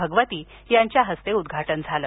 भगवती यांच्या हस्ते उदघाटन झाले